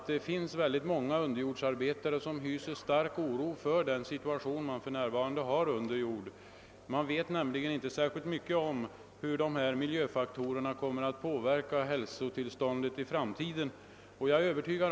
Det finns många underjordsarbetare som hyser stark oro för situationen för arbetare under jord. Man vet nämligen inte särskilt mycket om hur miljöfaktorerna kommer att påverka hälsotillståndet i framtiden.